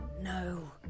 No